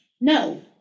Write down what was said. No